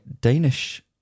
Danish